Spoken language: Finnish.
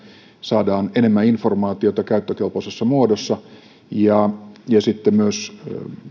saadaan enemmän informaatiota käyttökelpoisessa muodossa sitten myös